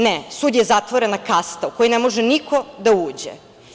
Ne, sud je zatvorena kasta u koju ne može niko da uđe.